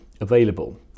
available